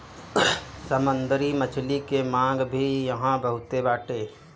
समुंदरी मछली के मांग भी इहां बहुते बाटे